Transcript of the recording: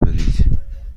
بدید